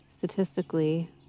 Statistically